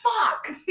Fuck